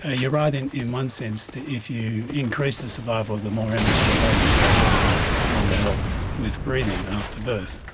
ah you're right in in one sense, that if you increase the survival of the more immature babies, they will need longer help with breathing after birth.